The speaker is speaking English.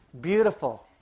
beautiful